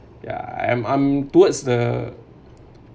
I am I'm towards the